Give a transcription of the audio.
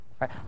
right